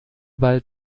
bald